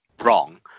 wrong